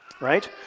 right